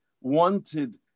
wanted